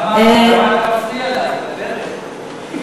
למה אתה מפריע לה, היא מדברת?